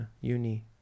uni